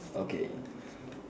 okay